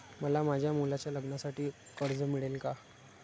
मला माझ्या मुलाच्या लग्नासाठी कर्ज मिळेल का?